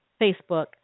Facebook